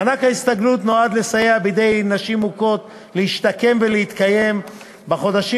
מענק ההסתגלות מיועד לסייע בידי נשים מוכות להשתקם ולהתקיים בחודשים